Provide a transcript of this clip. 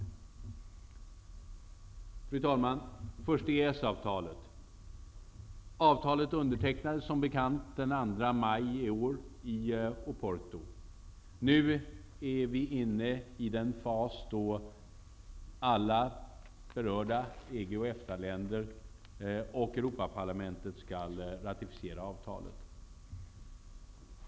Fru talman! Först EES-avtalet: Avtalet undertecknades som bekant den 2 maj i år i Oporto. Nu är vi inne i den fas då alla berörda EG och EFTA länder och Europaparlamentet skall ratificera avtalet.